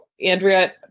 andrea